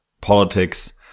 politics